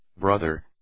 Brother